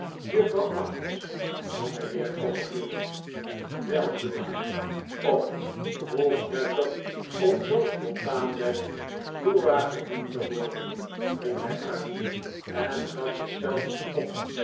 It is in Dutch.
juffrouw agnes jongeheer copperfield wel uriah o hoe prettig om zoo spontaanweg uriah genoemd te worden riep hij uit en gaf zich zelf een schok